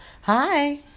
hi